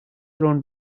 thrown